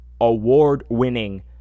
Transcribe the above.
award-winning